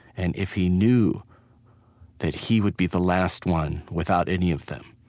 and if he knew that he would be the last one, without any of them,